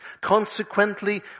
Consequently